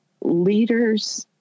Leaders